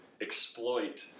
exploit